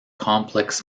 complex